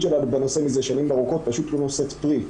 שלנו בנושא מזה שנים ארוכות פשוט לא נושאת פרי.